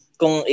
kung